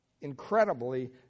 incredibly